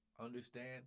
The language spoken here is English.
Understand